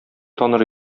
таныр